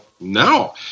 no